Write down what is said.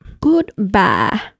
Goodbye